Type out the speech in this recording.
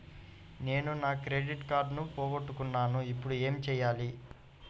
నేను నా క్రెడిట్ కార్డును పోగొట్టుకున్నాను ఇపుడు ఏం చేయాలి?